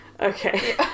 Okay